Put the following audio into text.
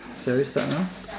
shall we start now